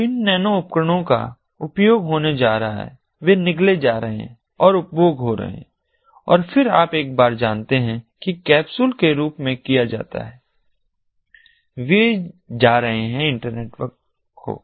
तो इन नैनो उपकरणों का उपयोग होने जा रहा है वे निगले जा रहे हैं और उपभोग हो रहे हैं और फिर आप एक बार जानते हैं कि कैप्सूल के रूप में किया जाता है वे जा रहे हैं इंटरनेटवर्क हो